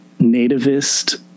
nativist